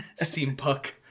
Steampunk